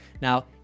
Now